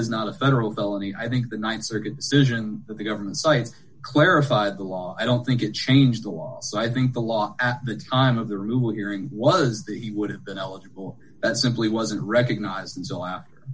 is not a federal felony i think the th circuit decision that the government site clarified the law i don't think it changed the law so i think the law at the time of the rule hearing was that he would have been eligible simply wasn't recognize